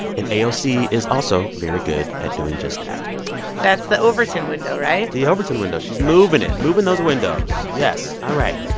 and aoc is also very good at doing just that that's the overton window, right? the overton window, she's moving it, moving those windows. yes, all right,